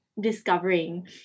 discovering